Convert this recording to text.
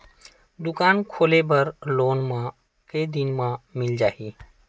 दुकान खोले बर लोन मा के दिन मा मिल जाही?